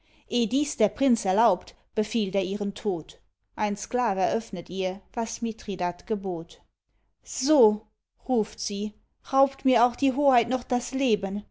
dies der prinz erlaubt befielt er ihren tod ein sklav eröffnet ihr was mithridat gebot so ruft sie raubt mir auch die hoheit noch das leben